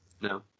No